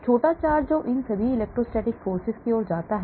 छोटा चार्ज जो इन सभी electrostatic forces की ओर जाता है